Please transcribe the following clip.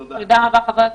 תודה רבה.